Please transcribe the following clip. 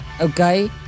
okay